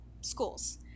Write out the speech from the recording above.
schools